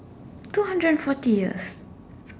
two hundred and forty years